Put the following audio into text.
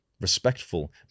Respectful